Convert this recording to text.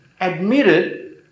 admitted